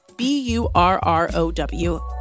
B-U-R-R-O-W